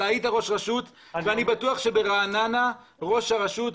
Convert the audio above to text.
אתה היית ראש רשות ואני בטוח ברעננה ראש הרשות,